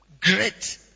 great